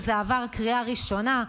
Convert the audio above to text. וזה עבר קריאה ראשונה,